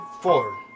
four